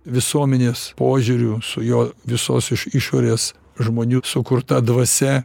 visuomenės požiūriu su jo visos iš išorės žmonių sukurta dvasia